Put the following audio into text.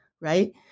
right